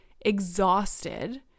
exhausted